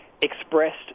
Expressed